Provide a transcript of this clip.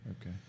Okay